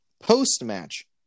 Post-match